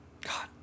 God